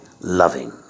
loving